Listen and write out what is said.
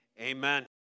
Amen